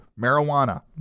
marijuana